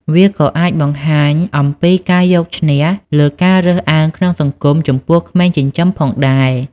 វាក៏អាចបង្ហាញអំពីការយកឈ្នះលើការរើសអើងក្នុងសង្គមចំពោះក្មេងចិញ្ចឹមផងដែរ។